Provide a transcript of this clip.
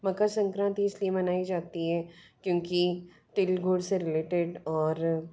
मकर संक्रांति इस लिए मनाई जाती है क्योंकि तिल गुड़ से रिलेटेड और